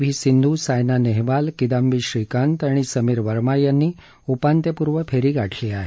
V Sindhu Saina Nehwal Kidambi Srikanth आणि समीर वर्मा यांनी उपांत्यपूर्व फेरी गाठली आहे